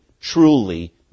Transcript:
truly